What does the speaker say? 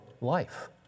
life